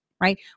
right